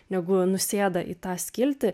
negu nusėda į tą skiltį